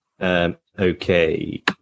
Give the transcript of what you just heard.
Okay